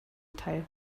teil